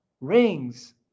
rings